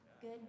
Good